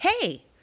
Hey